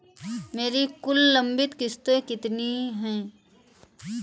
मेरी कुल लंबित किश्तों कितनी हैं?